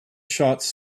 shots